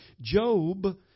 Job